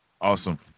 awesome